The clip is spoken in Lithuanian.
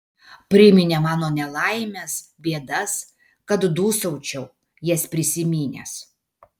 priminė mano nelaimes bėdas kad dūsaučiau jas prisiminęs